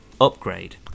Upgrade